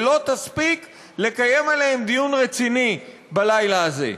ולא תספיק לקיים עליהם דיון רציני בלילה הזה?